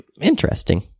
interesting